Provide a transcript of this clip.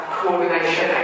coordination